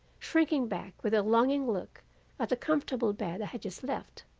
shrinking back with a longing look at the comfortable bed i had just left.